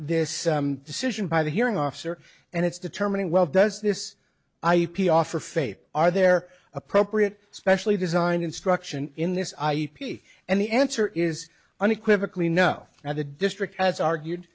this decision by the hearing officer and it's determining well does this ip offer faith are there appropriate specially designed instruction in this ip and the answer is unequivocally no now the district has argued